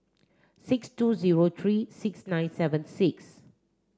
six two zero three six nine seven six